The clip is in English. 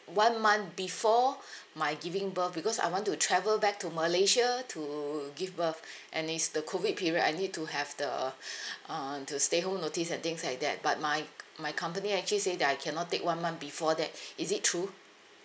one month before my giving birth because I want to travel back to malaysia to give birth and it's the COVID period I need to have the um to stay home notice and things like that but my c~ my company actually say that I cannot take one month before that is it true